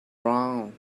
wrong